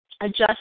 adjust